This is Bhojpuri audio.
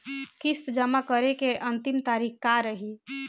किस्त जमा करे के अंतिम तारीख का रही?